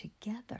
together